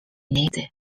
named